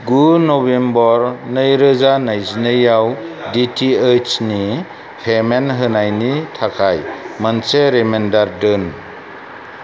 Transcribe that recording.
गु नभेम्बर नैरोजा नैजिनैआव डि टि एइस नि पेमेन्ट होनायनि थाखाय मोनसे रिमाइन्डार दोन